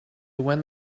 went